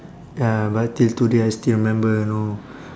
ya but till today I still remember you know